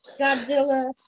Godzilla